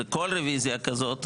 זה כל רביזיה כזאת,